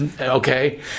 Okay